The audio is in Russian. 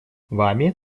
вами